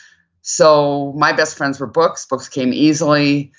so my best friends were books, books came easily.